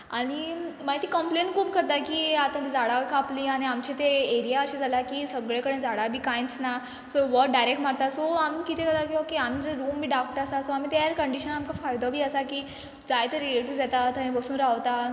आनी मागीर तीं कंप्लेन खूब करता की आतां झाडां कापली आनी आमचे थंय एरिया अशीं जाल्या की सगळें कडेन झाडां बी कायच ना सो वोत डायरेक्ट मारता सो आमी कितें करता की ओके आमचो रूम बी धाक्टो आसा सो तो एयर कंडीशन आमकां फायदो बी आसा की जायतें रिलेटीव्स येता थंय बसून रावता